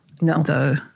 No